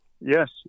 Yes